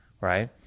right